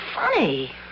funny